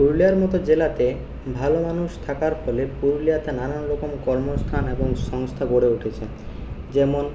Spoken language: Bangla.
পুরুলিয়ার মতো জেলাতে ভালো মানুষ থাকার ফলে পুরুলিয়াতে নানানরকম কর্মস্থান এবং সংস্থা গড়ে উঠেছে যেমন